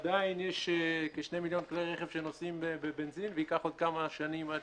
עדיין יש כשני מיליון כלי רכב שנוסעים בבנזין וייקח עוד כמה שנים עד